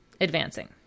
Advancing